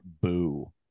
boo